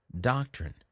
doctrine